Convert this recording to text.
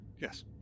Yes